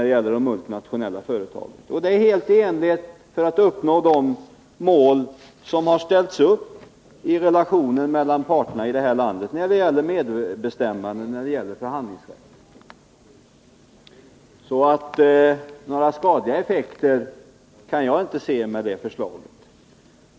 Detta är helt i enlighet med vår strävan i det här landet att uppnå de mål som har ställts upp i relationerna mellan parterna när det gäller medbestämmande och förhandlingsrätt, så jag kan inte se att några skadliga effekter skulle kunna bli följden av det förslaget.